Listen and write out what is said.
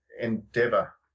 Endeavour